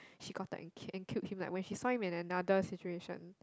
she got up and kill and killed him when she saw him in another situation